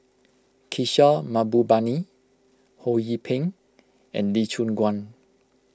Kishore Mahbubani Ho Yee Ping and Lee Choon Guan